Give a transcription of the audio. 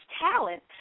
talent